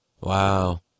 Wow